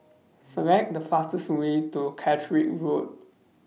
Select The fastest Way to Catterick Road